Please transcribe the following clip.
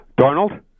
Darnold